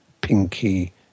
pinky